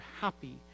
happy